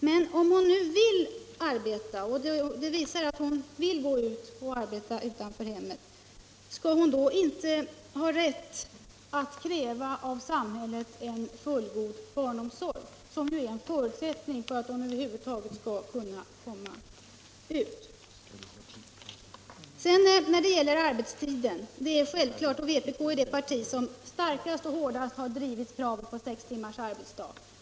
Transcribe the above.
Men om kvinnan nu vill arbeta utanför hemmet — och det har visats att hon vill göra det — skall hon då inte ha rätt att av samhället kräva en fullgod barnomsorg, som ju är en förutsättning för att hon över huvud taget skall kunna komma ut? Vpk är självklart det parti som starkast och hårdast har drivit kravet på sex timmars arbetstid.